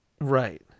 Right